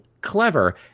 clever